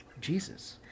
Jesus